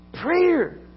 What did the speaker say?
Prayer